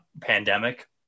pandemic